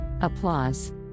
Applause